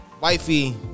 wifey